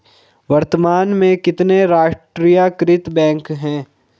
वर्तमान में कितने राष्ट्रीयकृत बैंक है?